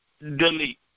delete